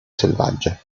selvaggia